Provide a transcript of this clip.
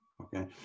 Okay